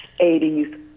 80s